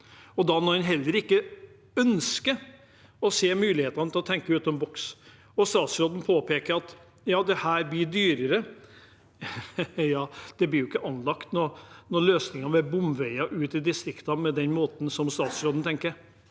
en da heller ikke ønsker å se mulighetene og tenke utenfor boksen, og statsråden påpeker at dette blir dyrere: Det blir jo ikke anlagt noen løsninger med bomveier ute i distriktene på den måten som statsråden tenker